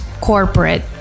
corporate